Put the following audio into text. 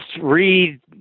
read